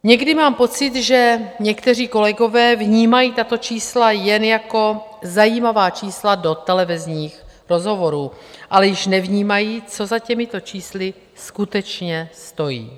Někdy mám pocit, že někteří kolegové vnímají tato čísla jen jako zajímavá čísla do televizních rozhovorů, ale již nevnímají, co za těmito čísly skutečně stojí.